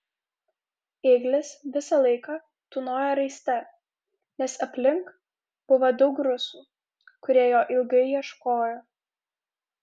ėglis visą laiką tūnojo raiste nes aplink buvo daug rusų kurie jo ilgai ieškojo